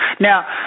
now